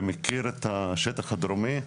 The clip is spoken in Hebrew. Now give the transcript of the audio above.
ומכיר את השטח הדרומי.